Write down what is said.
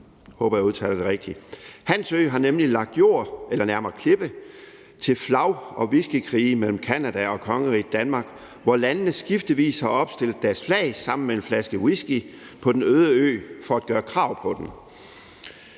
Hans Ø har nemlig lagt jord eller nærmere klippe til flag- og whiskykrige mellem Canada og kongeriget Danmark, hvor landene skiftevis har opstillet deres flag sammen med en flaske whisky på den øde ø for at gøre krav på den.